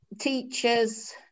teachers